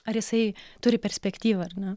ar jisai turi perspektyvą ar ne